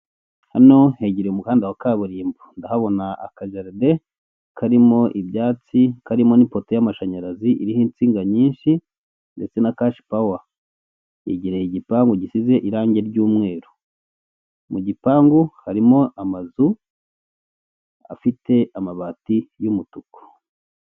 Hano negere umuhanda wa kaburimbo ndahabona akajede karimo ibyatsi karimo n'poto y'amashanyarazi iriho insinga nyinshi ndetse na cash power yegereye igipangu gisize irangi ry'umweru, mu gipangu harimo amazu afite amabati y'umutuku.